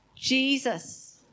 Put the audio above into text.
Jesus